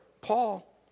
Paul